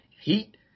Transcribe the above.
heat